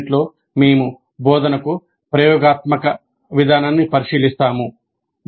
తదుపరి యూనిట్లో మేము బోధనకు ప్రయోగాత్మక విధానాన్ని పరిశీలిస్తాము